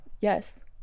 Yes